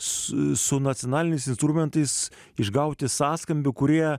su nacionaliniais instrumentais išgauti sąskambių kurie